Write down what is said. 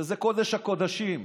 שזה קודש הקודשים,